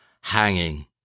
hanging